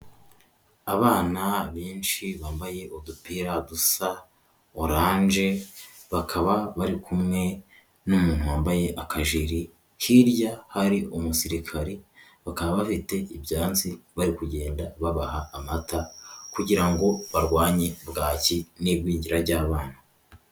Abana benshi bambaye udupira dusa oranje, bakaba bari kumwe n'umuntu wambaye akajiri, hirya hari umusirikare, bakaba bafite ibyansi bari kugenda babaha amata, kugira ngo barwanye bwaki n'igwingira ry'abana.